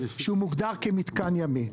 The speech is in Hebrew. שהוא מוגדר כמתקן ימי.